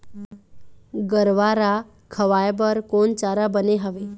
गरवा रा खवाए बर कोन चारा बने हावे?